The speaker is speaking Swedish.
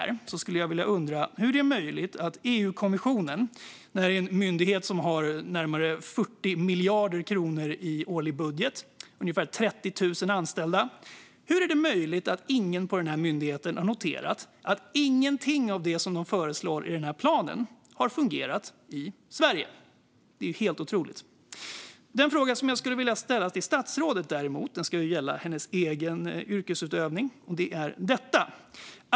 Hur är det möjligt att ingen på EU-kommissionen, en myndighet med närmare 40 miljarder kronor i årlig budget och ungefär 30 000 anställda, har noterat att ingenting av det som de föreslår i planen har fungerat i Sverige? Det är helt otroligt. Den fråga som jag vill ställa till statsrådet, och den ska gälla hennes egen yrkesutövning, är följande.